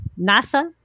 NASA